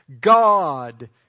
God